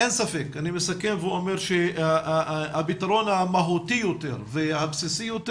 אין ספק שהפתרון המהותי יותר והבסיסי יותר